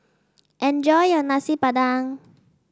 enjoy your Nasi Padang